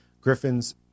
Griffin's